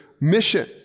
mission